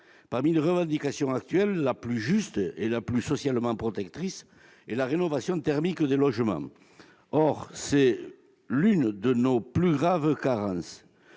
Parmi les revendications actuelles, la plus juste et la plus socialement protectrice est la rénovation thermique des logements. Or c'est l'une de nos plus graves carences.